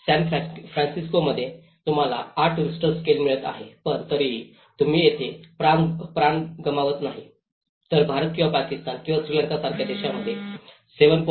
San फ्रान्सिस्कोमध्ये तुम्हाला आठ रिश्टर स्केल मिळत आहेत पण तरीही तुम्ही तेथे प्राण गमावत नाही तर भारत किंवा पाकिस्तान किंवा श्रीलंकासारख्या देशांमध्येही 7